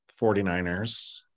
49ers